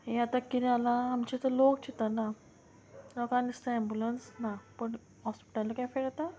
हें आतां किदें जालां आमचें लोक चिंतना लोकां दिसता एम्बुलंस ना पूण हॉस्पिटलू तेका एफेक्ट जाता